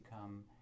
come